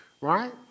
right